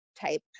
type